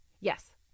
Yes